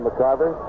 McCarver